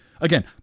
Again